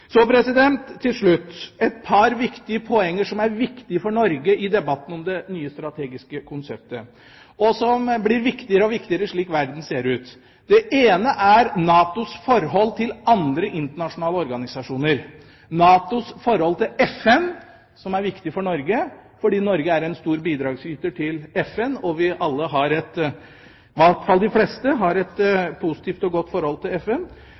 Til slutt et par poenger som er viktige for Norge i debatten om det nye strategiske konseptet, og som blir viktigere og viktigere slik verden ser ut. Det gjelder NATOs forhold til andre internasjonale organisasjoner. Det ene er NATOs forhold til FN, som er viktig for Norge fordi Norge er en stor bidragsyter til FN, og vi har alle, i hvert fall de fleste, et positivt og godt forhold til FN.